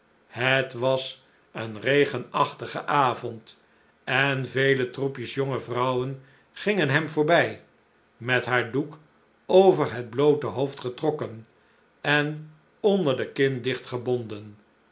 het was een regenachtigen avond en vele troepjes jonge vrouwen gingen hem voorbij met haar doek over het bloote hoofd getrokken en onder de kin dicht gebonden